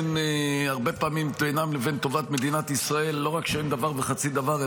שהרבה פעמים בינם לבין טובת מדינת ישראל לא רק שאין דבר וחצי דבר,